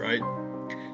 right